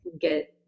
get